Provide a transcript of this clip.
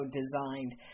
designed